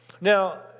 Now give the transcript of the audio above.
Now